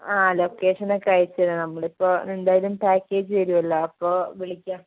ആ ലൊക്കേഷനൊക്കെ അയച്ചുതരാം നമ്മളിപ്പോൾ എന്തായാലും പാക്കേജ് തരുമല്ലോ അപ്പോൾ വിളിക്കാം